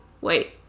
Wait